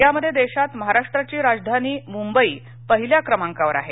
यामध्ये महाराष्ट्राची राजधानी मृंबई पहिल्या क्रमांकावर आहे